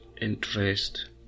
interest